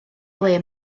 ble